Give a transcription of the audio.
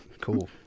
cool